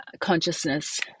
consciousness